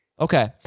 Okay